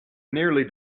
nearly